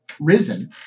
risen